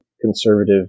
conservative